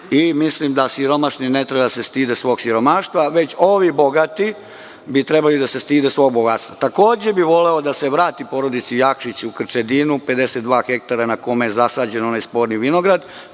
Mislim, da siromašni ne treba da se stide svog siromaštva, već ovi bogati bi trebali da se stide svog bogatstva. Takođe bih voleo da se vrati porodici Jakšić u Krčedinu 52 hektara na kome je zasađen onaj sporni vinograd,